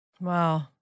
Wow